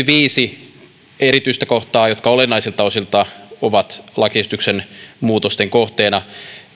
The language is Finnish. viisi erityistä kohtaa jotka olennaisilta osiltaan ovat lakiesityksen muutosten kohteina